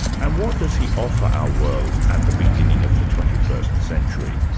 and what does he offer our world at the beginning of the twenty first century?